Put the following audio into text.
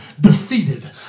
defeated